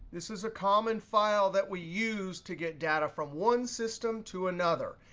this is a common file that we use to get data from one system to another.